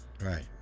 right